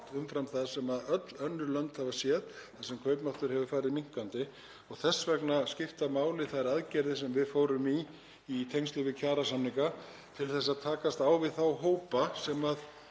umfram það sem öll önnur lönd hafa séð þar sem kaupmáttur hefur farið minnkandi. Þess vegna skipta máli þær aðgerðir sem við fórum í tengslum við kjarasamninga til að takast á vanda þeirra hópa sem